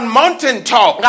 mountaintop